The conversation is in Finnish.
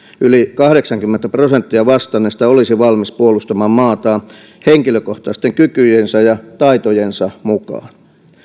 yli kahdeksankymmentä prosenttia vastanneista olisi valmis puolustamaan maataan henkilökohtaisten kykyjensä ja taitojensa mukaan